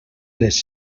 les